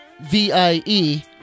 V-I-E